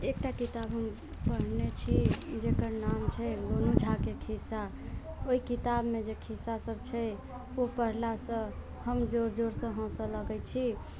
एकटा किताब हम पढ़ने छी जेकर नाम छै गोनू झाके खिस्सा ओहि किताबमे जे खिस्सा सब छै ओ पढ़लासँ हम जोर जोरसँ हँसऽ लगैत छी